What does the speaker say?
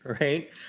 right